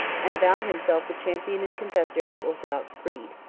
and avowed himself the champion and confessor of the orthodox creed.